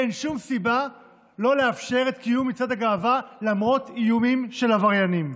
אין שום סיבה שלא לאפשר את קיום מצעד הגאווה למרות איומים של עבריינים.